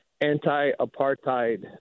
anti-apartheid